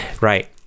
right